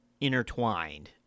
intertwined